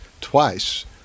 twice